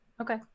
Okay